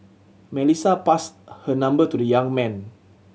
Melissa passed her number to the young man